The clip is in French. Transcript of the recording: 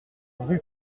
rue